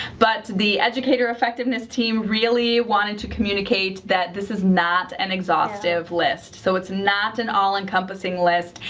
but the educator effectiveness team really wanted to communicate that this is not an exhaustive list. so it's not an all-encompassing list.